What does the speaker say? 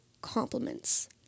compliments